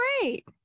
great